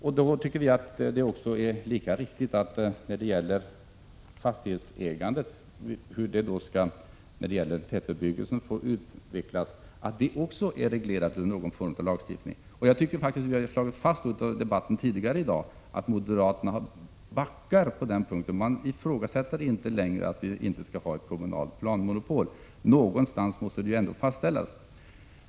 Därför tycker vi att det är lika riktigt att formerna för hur fastighetsägandet skall få utvecklas i tätbebyggelsen är reglerade i någon form av lagstiftning. Jag tycker faktiskt att vi i debatten tidigare i dag har slagit fast att moderaterna backar på den punkten. De ifrågasätter inte längre att vi skall ha ett kommunalt planmonopol. Någonstans måste ändå planerna fastställas.